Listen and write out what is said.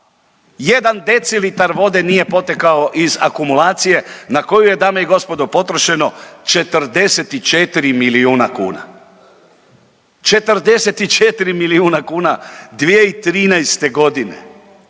jedan decilitar vode nije potekao iz akumulacije na koju je dame i gospodo potrošeno 44 milijuna kuna, 44 milijuna kuna 2013.g..